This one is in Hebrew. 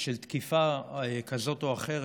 של תקיפה כזאת או אחרת,